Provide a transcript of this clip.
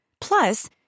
Plus